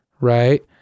right